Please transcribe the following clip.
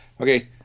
okay